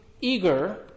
eager